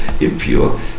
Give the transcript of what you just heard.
impure